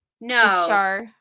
no